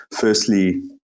firstly